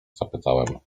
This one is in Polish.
zapytałem